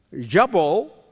Jabal